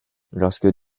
lorsque